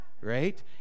Right